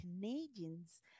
Canadians